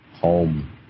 home